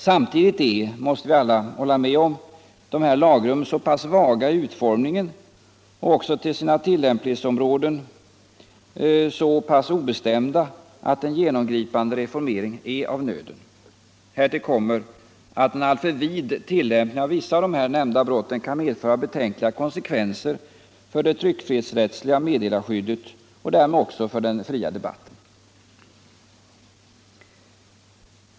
Samtidigt är, måste vi alla hålla med om, dessa lagrum så pass vaga i utformningen och till sina tillämpningsområden så obestämda att en genomgripande reformering är av nöden. Härtill kommer att en alltför vid tillämpning av vissa av de nämnda brotten kan medföra betänkliga konsekvenser för det tryckfrihetsrättsliga meddelarskyddet och därmed också för den fria debatten.